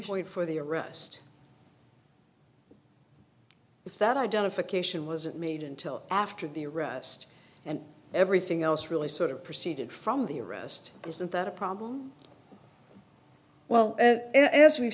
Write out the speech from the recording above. point for the arrest if that identification wasn't made until after the arrest and everything else really sort of proceeded from the arrest isn't that a problem well as